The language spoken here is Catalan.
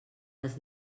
les